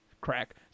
crack